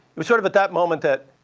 was sort of at that moment that